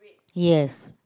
yes